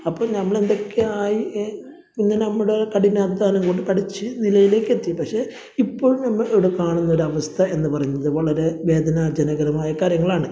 അപ്പോൾ നമ്മൾ എന്തെക്കെയായി ഇന്ന് നമ്മുടെ കഠിനാദ്ധ്വാനം കൊണ്ട് പഠിച്ച് നിലയിലേക്കെത്തി പക്ഷേ ഇപ്പോഴും നമ്മളിവിടെ കാണുന്നൊരവസ്ഥ എന്ന് പറയുന്നത് വളരെ വേദനാജനകമായ കാര്യങ്ങളാണ്